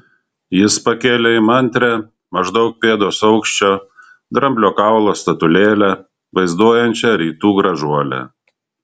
jis pakėlė įmantrią maždaug pėdos aukščio dramblio kaulo statulėlę vaizduojančią rytų gražuolę